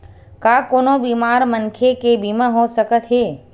का कोनो बीमार मनखे के बीमा हो सकत हे?